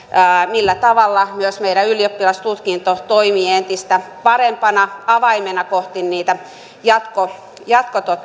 millä tavalla myös meidän ylioppilastutkinto toimii entistä parempana avaimena kohti jatko